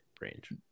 range